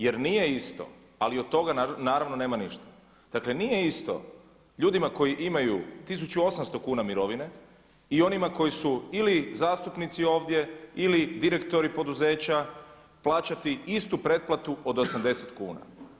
Jer nije isto, ali od toga naravno nema ništa, dakle nije isto ljudima koji imaju 1800 kuna mirovine i onima koji su ili zastupnici ovdje ili direktori poduzeća plaćati istu pretplatu od 80 kuna.